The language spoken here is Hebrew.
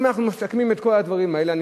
אם אנחנו מסכמים את כל הדברים האלה,